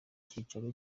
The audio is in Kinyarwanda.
cyicaro